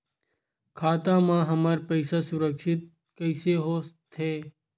खाता मा हमर पईसा सुरक्षित कइसे हो थे?